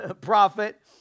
prophet